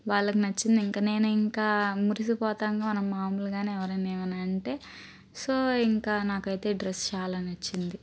వాళ్ళకి నచ్చింది ఇంకా నేను ఇంకా మురిసిపోతాను మనం మాములుగా ఎవరన్నా ఏమైనా అంటే సో ఇంకా నాకైతే డ్రస్ చాలా నచ్చింది